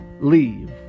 leave